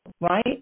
right